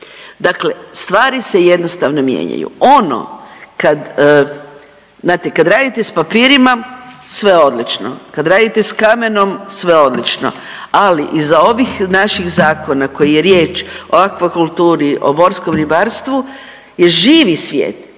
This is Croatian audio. Dakle, stvari se jednostavno mijenjaju. Ono kad, znate kad radite s papirima sve odlično, kad radite s kamenom sve odlično, ali iza ovih naših zakona koji je riječ o akvakulturi, o morskom ribarstvu je živi svijet